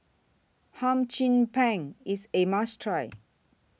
Hum Chim Peng IS A must Try